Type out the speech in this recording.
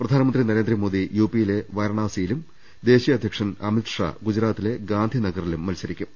പ്രധാനമന്ത്രി നരേന്ദ്രമോദി യുപി യിലെ വാരണാസിയിലും ദേശീയ അധ്യക്ഷൻ അമിത് ഷാ ഗുജറാ ത്തിലെ ഗാന്ധിനഗറിലും മത്സരിക്കും